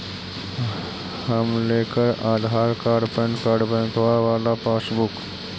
हम लेकर Aadhaar card PAN card बैंकवा वाला पासबुक?